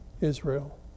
Israel